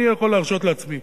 אני יכול להרשות לעצמי,